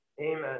Amen